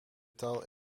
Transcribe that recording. taal